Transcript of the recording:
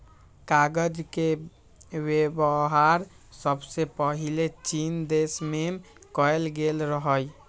कागज के वेबहार सबसे पहिले चीन देश में कएल गेल रहइ